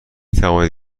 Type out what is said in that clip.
توانید